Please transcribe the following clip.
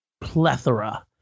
plethora